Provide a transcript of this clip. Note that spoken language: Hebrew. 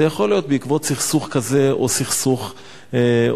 זה יכול להיות בעקבות סכסוך כזה או סכסוך אחר.